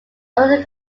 other